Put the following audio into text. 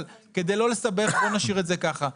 אבל כדי לא לסבך בוא נשאיר את זה ככה,